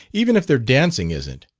even if their dancing isn't.